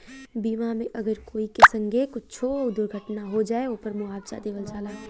बीमा मे अगर कोई के संगे कुच्छो दुर्घटना हो जाए, ओपर मुआवजा देवल जाला